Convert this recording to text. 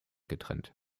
getrennt